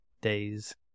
days